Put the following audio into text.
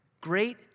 Great